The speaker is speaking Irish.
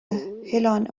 hoileáin